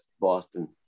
Boston